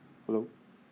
hello